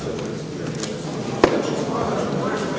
Hvala vam